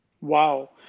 Wow